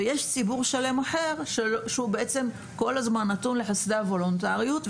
ויש ציבור שלם אחר שכל הזמן נתון לחסדי הוולונטריות.